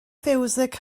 fiwsig